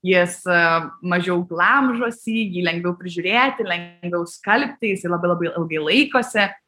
jis mažiau glamžosi jį lengviau prižiūrėti lengviau skalbti jisai labai labai ilgai laikosi